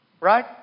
Right